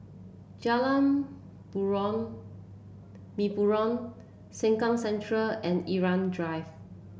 Jalan Purong Mempurong Sengkang Central and Irau Drive